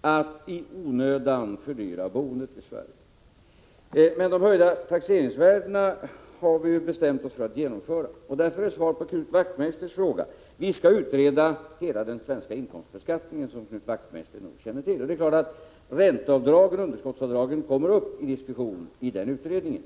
att i onödan fördyra boendet i Sverige, men höjningarna av taxeringsvärdena har vi ju bestämt oss för att genomföra. Därför blir svaret på Knut Wachtmeisters fråga: Vi skall utreda hela den svenska inkomstbeskattningen, vilket nog Knut Wachtmeister känner till. Det är klart att ränteoch underskottsavdragen kommer upp till diskussion i den utredningen.